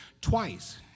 twice